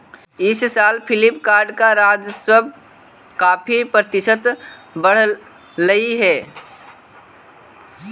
इस साल फ्लिपकार्ट का राजस्व काफी प्रतिशत बढ़लई हे